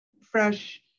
fresh